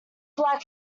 black